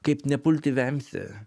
kaip nepulti vemti